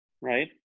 right